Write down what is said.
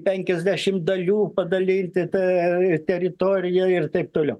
penkiasdešimt dalių padalintite teritoriją ir taip toliau